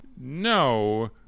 no